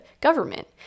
government